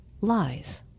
lies